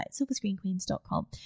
silverscreenqueens.com